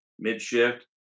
mid-shift